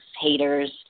haters